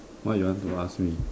what you want to ask me